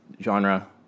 genre